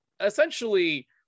essentially